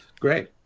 Great